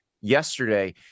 yesterday